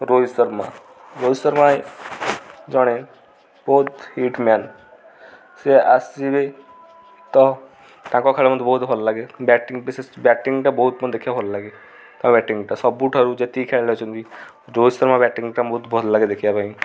ରୋହିତ ଶର୍ମା ରୋହିତ ଶର୍ମା ଜଣେ ବହୁତ ହିଟମ୍ୟାନ୍ ସେ ଆସିବେ ତ ତାଙ୍କ ଖେଳ ମୋତେ ବହୁତ ଭଲ ଲାଗେ ବ୍ୟାଟିଂ ବିଶେଷ ବ୍ୟାଟିଂଟା ବହୁତ ମୋତେ ଦେଖିବାକୁ ଭଲ ଲାଗେ ତାଙ୍କ ବ୍ୟାଟିଂଟା ସବୁଠାରୁ ଯେତିକି ଖେଳନ୍ତି ରୋହିତ ଶର୍ମା ବ୍ୟାଟିଂଟା ବହୁତ ଭଲ ଲାଗେ ଦେଖିବା ପାଇଁ